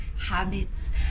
habits